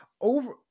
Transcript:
over